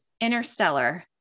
Interstellar